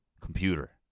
computer